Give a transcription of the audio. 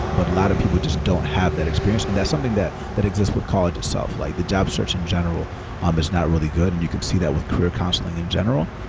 but a lot of people just don't have that experience and that's something that that exist with college itself. like the job search in general um is not really good and you can see that with career counseling in general,